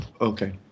okay